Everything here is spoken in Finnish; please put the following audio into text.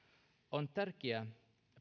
on tärkeää